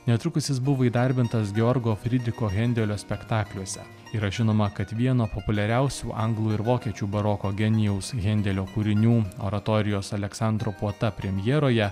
netrukus jis buvo įdarbintas georgo fridriko hendelio spektakliuose yra žinoma kad vieno populiariausių anglų ir vokiečių baroko genijaus hendelio kūrinių oratorijos aleksandro puota premjeroje